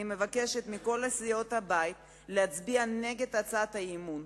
אני מבקשת מכל סיעות הבית להצביע נגד הצעת האי-אמון.